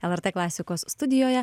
lrt klasikos studijoje